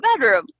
bedroom